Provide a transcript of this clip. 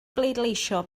bleidleisio